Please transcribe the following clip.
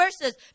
verses